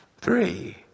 Three